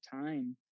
time